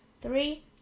Three